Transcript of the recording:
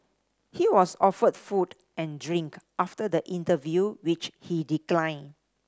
he was offered food and drink after the interview which he declined